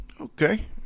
Okay